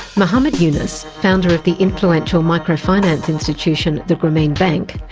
muhummad yunus, founder of the influential microfinance institution, the grameen bank,